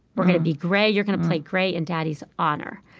we're going to be gray you're going to play gray in daddy's honor.